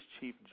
Chief